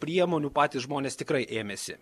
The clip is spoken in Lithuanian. priemonių patys žmonės tikrai ėmėsi